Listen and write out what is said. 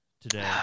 today